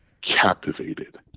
captivated